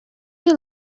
you